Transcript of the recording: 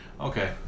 Okay